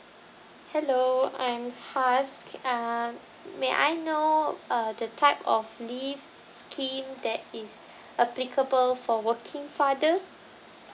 hello I'm haz uh may I know uh the type of leave scheme that is applicable for working father